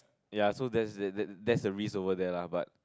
ya so there's there there that's the risk over there lah but